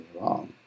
wrong